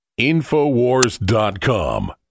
InfoWars.com